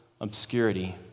obscurity